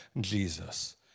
Jesus